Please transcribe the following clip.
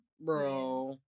Bro